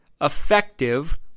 effective